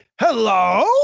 hello